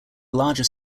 larger